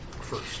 first